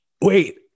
wait